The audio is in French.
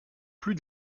plus